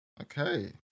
Okay